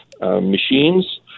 Machines